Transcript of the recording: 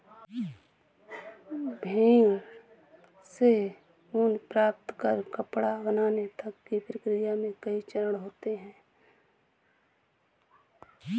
भेड़ से ऊन प्राप्त कर कपड़ा बनाने तक की प्रक्रिया में कई चरण होते हैं